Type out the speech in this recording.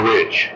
Rich